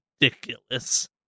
ridiculous